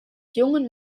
jungen